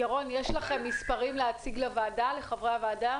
ירון, יש לך מספרים להציג לחברי הוועדה?